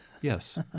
yes